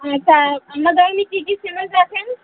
আচ্ছা আপনার তাহলে কী কী সিমেন্ট রাখেন